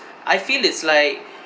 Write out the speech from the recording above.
I feel it's like